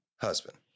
husband